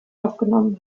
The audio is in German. aufgenommen